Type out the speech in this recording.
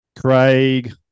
Craig